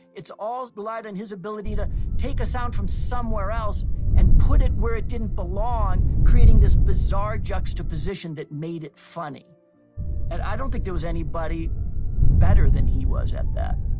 all relied on his ability to take a sound from somewhere else and put it where it didn't belong, creating this bizarre juxtaposition that made it funny. and i don't think there was anybody better than he was at that